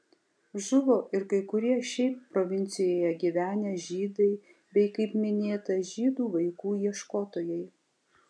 žuvo ir kai kurie šiaip provincijoje gyvenę žydai bei kaip minėta žydų vaikų ieškotojai